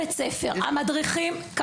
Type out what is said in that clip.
המדריכים עוברים בית ספר אחרי בית ספר.